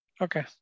Okay